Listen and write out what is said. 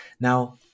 Now